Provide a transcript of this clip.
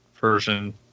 version